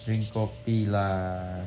drink kopi lah